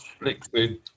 liquid